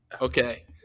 Okay